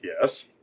yes